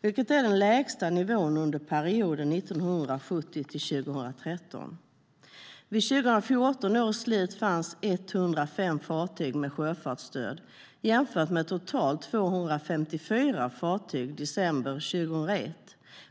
vilket är den lägsta nivån under perioden 1970-2013. Vid 2014 års slut fanns 105 fartyg med sjöfartsstöd, jämfört med totalt 254 fartyg i december 2001.